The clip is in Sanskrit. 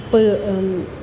उप